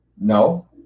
No